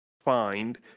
find